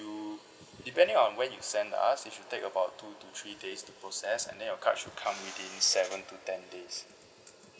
depending on when you send us it should take about two to three days to process and then your card should come within seven to ten days